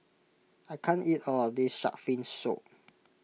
I can't eat all of this Shark's Fin Soup